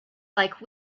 like